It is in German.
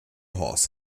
horse